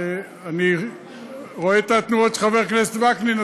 אני רואה את התנועות של חבר הכנסת וקנין,